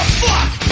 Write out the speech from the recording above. fuck